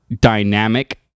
dynamic